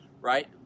right